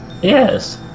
Yes